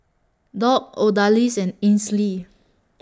Dock Odalis and Ainsley